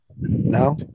No